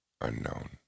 unknown